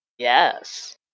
Yes